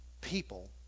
people